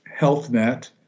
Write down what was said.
HealthNet